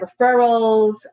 referrals